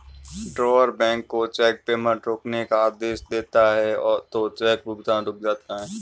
drawer bank को cheque payment रोकने का आदेश देता है तो चेक भुगतान रुक जाता है